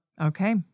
Okay